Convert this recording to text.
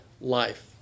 life